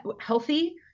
healthy